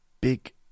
big